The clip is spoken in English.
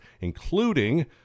including